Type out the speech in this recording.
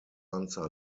answer